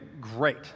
great